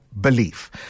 belief